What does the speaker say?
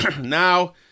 Now